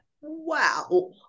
Wow